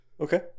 Okay